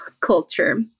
culture